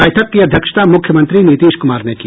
बैठक की अध्यक्षता मुख्यमंत्री नीतीश कुमार ने की